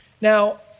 Now